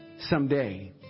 someday